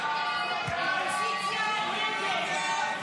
ההצעה להעביר את